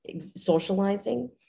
socializing